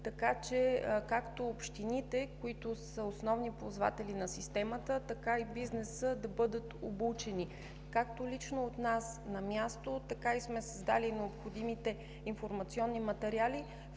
така че както общините, които са основни ползватели на системата, така и бизнесът да бъдат обучени – както лично от нас на място, така и сме създали необходимите информационни материали,